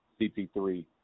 CP3